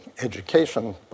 education